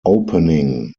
opening